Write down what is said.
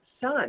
son